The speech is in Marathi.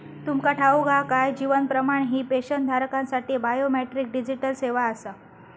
तुमका ठाऊक हा काय? जीवन प्रमाण ही पेन्शनधारकांसाठी बायोमेट्रिक डिजिटल सेवा आसा